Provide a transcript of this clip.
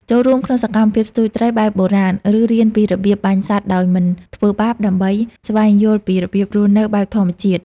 ចូលរួមក្នុងសកម្មភាពស្ទូចត្រី បែបបុរាណ ឬរៀនពីរបៀបបបាញ់សត្វដោយមិនធ្វើបាប ដើម្បីស្វែងយល់ពីរបៀបរស់នៅបែបធម្មជាតិ។